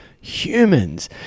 humans